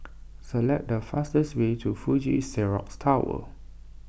select the fastest way to Fuji Xerox Tower